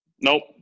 Nope